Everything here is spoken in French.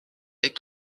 est